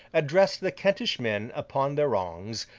addressed the kentish men upon their wrongs,